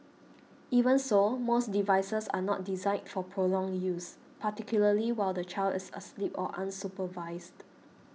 even so most devices are not designed for prolonged use particularly while the child is asleep or unsupervised